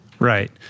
Right